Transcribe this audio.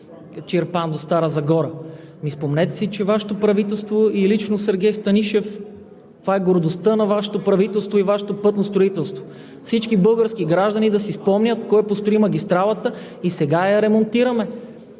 Чирпан до Стара Загора на магистралата. Спомнете си, че Вашето правителство и лично Сергей Станишев – това е гордостта на Вашето правителство и Вашето пътно строителство. Всички български граждани да си спомнят кой построи магистралата и сега я ремонтираме.